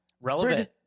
Relevant